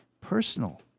personal